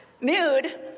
Nude